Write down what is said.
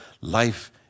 life